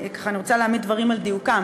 אני רוצה להעמיד דברים על דיוקם.